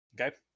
Okay